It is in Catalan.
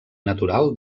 natural